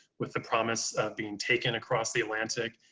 with the promise of being taken across the atlantic.